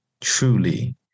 truly